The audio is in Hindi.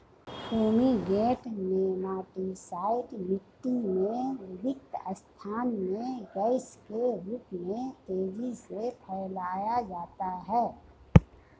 फूमीगेंट नेमाटीसाइड मिटटी में रिक्त स्थान में गैस के रूप में तेजी से फैलाया जाता है